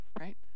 Right